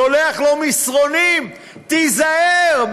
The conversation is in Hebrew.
שולח לו מסרונים: תיזהר,